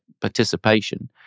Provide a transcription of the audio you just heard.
participation